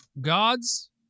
God's